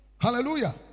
Hallelujah